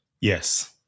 Yes